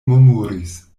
murmuris